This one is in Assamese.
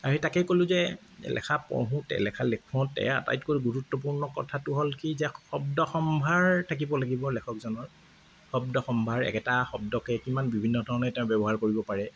সেই তাকেই ক'লো যে লেখা পঢ়োঁতে লেখা লিখোঁতে আটাইতকৈ গুৰুত্বপূৰ্ণ কথাটো হ'ল কি যে শব্দসম্ভাৰ থাকিব লাগিব লেখকজনৰ শব্দসম্ভাৰ একেটা শব্দকে কিমান বিভিন্ন ধৰণে তেওঁ ব্যৱহাৰ কৰিব পাৰে